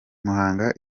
muhanga